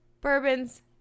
Bourbons